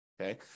Okay